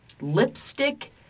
lipstick